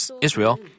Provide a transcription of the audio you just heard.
Israel